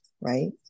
Right